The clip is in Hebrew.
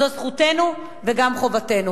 זו זכותנו וגם חובתנו.